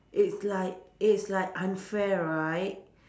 it is like it is like unfair right